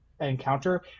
encounter